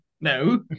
no